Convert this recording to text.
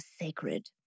sacred